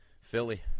Philly